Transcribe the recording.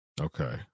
okay